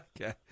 Okay